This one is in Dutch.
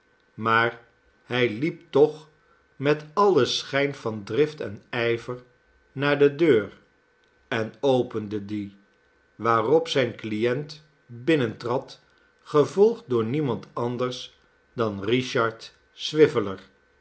maar hij liep toch met alien schijn van drift en ijver naar de deur en opende die waarop zijn client binnentrad gevolgd door niemand anders dan